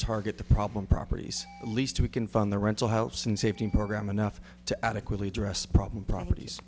target the problem properties lease to we can fund the rental house and safety program enough to adequately address problem properties